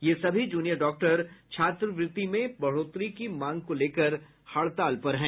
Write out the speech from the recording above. ये सभी junior doctor छात्रवृत्ति में बढ़ोतरी की मांग को लेकर हड़ताल पर हैं